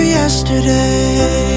yesterday